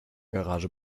garage